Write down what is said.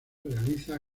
realiza